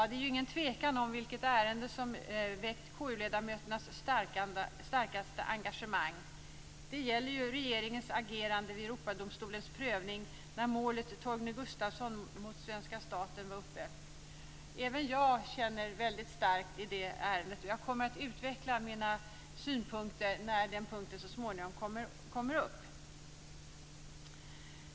Det är ingen tvekan om vilket ärende som väckt KU-ledamöternas starkaste engagemang. Det gäller regeringens agerande vid Europadomstolens prövning av målet Torgny Gustafsson mot svenska staten. Även jag känner väldigt starkt i det ärendet. Jag kommer att utveckla mina synpunkter när den punkten så småningom kommer upp.